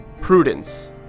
prudence